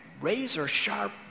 razor-sharp